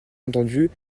entendue